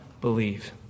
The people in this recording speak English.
believe